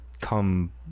come